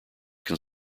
can